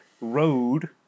road